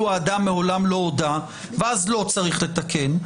האדם מעולם לא הודה ואז לא צריך לתקן,